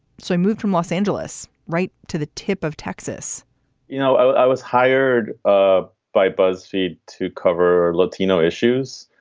so i moved from los angeles right to the tip of texas you know, i was hired ah by buzzfeed to cover latino issues.